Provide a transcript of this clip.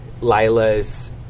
Lila's